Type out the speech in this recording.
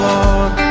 Lord